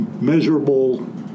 measurable